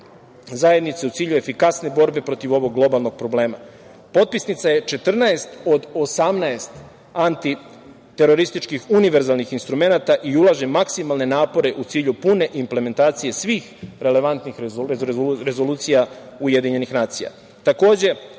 zajednice u cilju efikasne borbe protiv ovog globalnog problema. Potpisnica je 14 od 18 antiterorističkih univerzalnih instrumenata i ulaže maksimalne napore u cilju pune implementacije svih relevantnih rezolucija UN.Takođe,